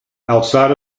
outside